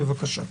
בבקשה.